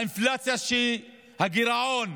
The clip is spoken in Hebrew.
והגירעון